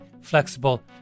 flexible